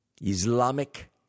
Islamic